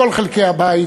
מכל חלקי הבית.